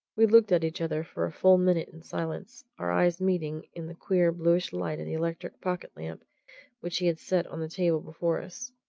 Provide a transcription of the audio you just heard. we looked at each other for a full minute in silence our eyes meeting in the queer, bluish light of the electric pocket-lamp which he had set on the table before us.